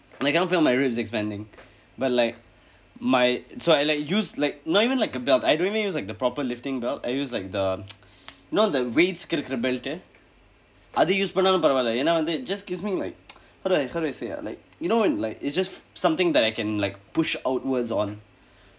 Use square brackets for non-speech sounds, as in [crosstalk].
like cannot feel my ribs expanding but like my so I like use like not even like a belt I don't even use the proper lifting belt I use like the [noise] not the weight-ukku இருக்கிற:irukkira belt அது:athu use பண்ணாலும் பரவாயில்லை ஏன் என்றால் வந்து:pannaalum paravaayillai een enraal vandthu it just gives me like [noise] how do I how do I say ah like you know in like it's just something that I can like push outwards on